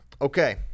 Okay